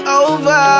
over